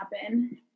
happen